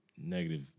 negative